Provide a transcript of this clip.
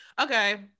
okay